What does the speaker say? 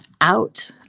out